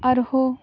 ᱟᱨᱦᱚᱸ